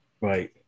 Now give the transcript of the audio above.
Right